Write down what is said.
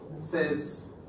says